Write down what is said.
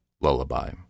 Lullaby